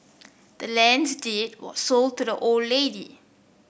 the land's deed was sold to the old lady